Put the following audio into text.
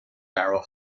barrel